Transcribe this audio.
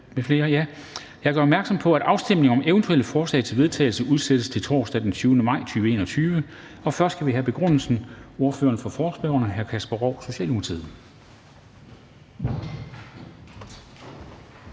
Jeg gør opmærksom på, at afstemning om eventuelle forslag til vedtagelse udsættes til torsdag den 20. maj 2021. Først skal vi have begrundelsen. Ordføreren for forespørgerne, hr. Kasper Roug, Socialdemokratiet.